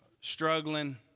struggling